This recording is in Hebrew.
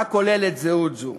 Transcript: מה כוללת זהות זו?